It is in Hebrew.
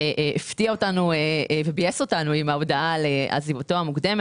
שהפתיע אותנו וביאס אותנו עם ההודעה על עזיבתו המוקדמת.